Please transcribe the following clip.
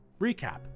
Recap